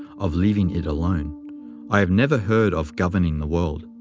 of leaving it alone i have never heard of governing the world.